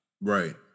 Right